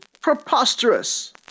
Preposterous